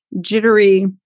jittery